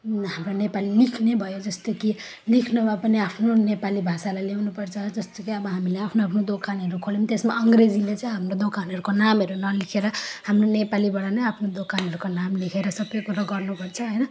हाम्रो नेपाली लेख्नु भयो जस्तो कि लेख्नुमा पनि आफ्नो नेपाली भाषालाई ल्याउनुपर्छ जस्तो कि अब हामीले आफ्नो आफ्नो दोकानहरू खोल्यौँ त्यसमा अङ्ग्रेजीले चाहिँ हाम्रो दोकानहरूको नामहरू नलेखेर हाम्रो नेपालीबाट नै आफ्नो दोकानहरूको नाम लेखेर सबै कुरो गर्नुपर्छ होइन